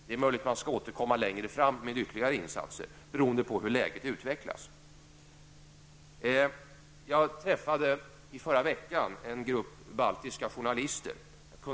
Det är möjligt att man skall återkomma längre fram med ytterligare insatser, beroende på hur läget utvecklas. Jag träffade i förra veckan en grupp baltiska journalister.